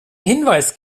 hinweis